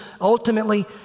Ultimately